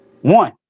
One